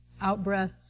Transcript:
Out-breath